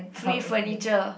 free furniture